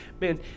man